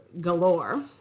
galore